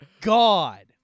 God